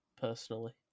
personally